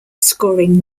scoring